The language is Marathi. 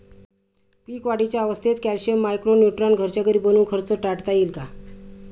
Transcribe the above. पीक वाढीच्या अवस्थेत कॅल्शियम, मायक्रो न्यूट्रॉन घरच्या घरी बनवून खर्च टाळता येईल का?